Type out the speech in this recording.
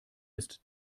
ist